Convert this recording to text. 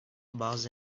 bazı